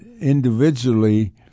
individually –